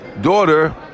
daughter